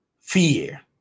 Fear